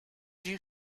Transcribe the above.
you